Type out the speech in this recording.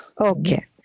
Okay